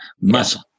muscle